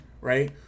right